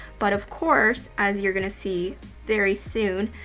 but of course, as you're gonna see very soon,